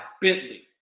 Bentley